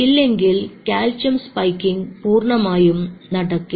ഇല്ലെങ്കിൽ calcium spiking പൂർണ്ണമായും നടക്കില്ല